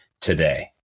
today